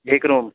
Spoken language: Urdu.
ایک روم